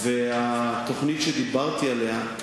התוכנית שדיברתי עליה,